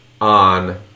on